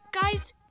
guys